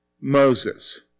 Moses